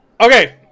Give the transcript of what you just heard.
Okay